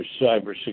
cybersecurity